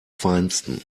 feinsten